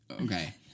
Okay